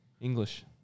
English